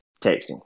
texting